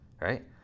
Right